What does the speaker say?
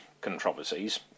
controversies